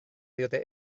diote